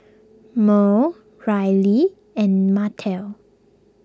Merl Ryley and Martell